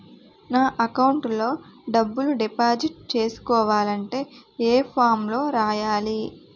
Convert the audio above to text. నా అకౌంట్ లో డబ్బులు డిపాజిట్ చేసుకోవాలంటే ఏ ఫామ్ లో రాయాలి?